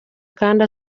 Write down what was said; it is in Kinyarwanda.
kandi